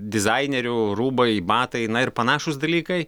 dizainerių rūbai batai na ir panašūs dalykai